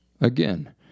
again